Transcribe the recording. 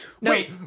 Wait